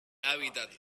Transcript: hábitat